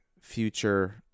future